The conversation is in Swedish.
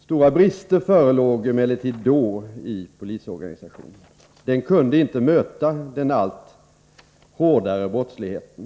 Stora brister förelåg, emellertid-på den tiden,i;polisorganisationen; Denna kunde inte möta den allt hårdare brottsligheten.